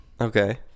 Okay